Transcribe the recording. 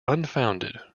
unfounded